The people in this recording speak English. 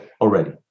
already